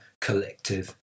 collective